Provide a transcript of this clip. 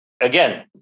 Again